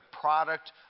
product